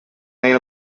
main